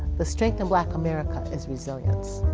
the strength of black america is resilience.